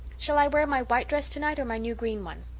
shall i wear my white dress tonight or my new green one?